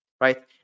right